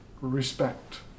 respect